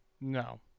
No